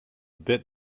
bit